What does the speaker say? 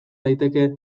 daiteke